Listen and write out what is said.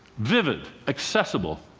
vivid, accessible,